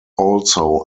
also